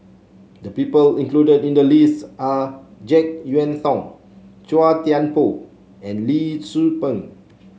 the people included in the list are JeK Yeun Thong Chua Thian Poh and Lee Tzu Pheng